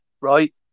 right